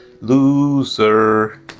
loser